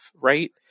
right